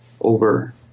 over